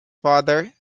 father